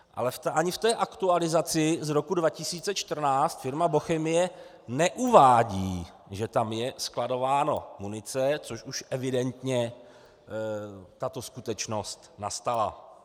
Ale ani v té aktualizaci z roku 2014 firma Bochemie neuvádí, že tam je skladována munice, což už evidentně tato skutečnost nastala.